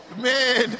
Man